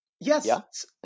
yes